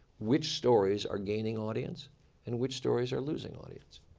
which stories are gaining audience and which stories are losing audience.